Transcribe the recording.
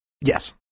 yes